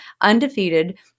Undefeated